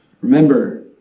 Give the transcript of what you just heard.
Remember